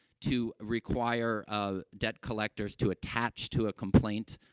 to require, ah, debt collectors to attach to a complaint,